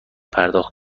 پرداخت